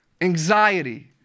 anxiety